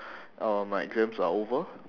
all of my exams are over